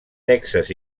texas